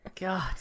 god